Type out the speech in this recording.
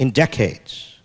in decades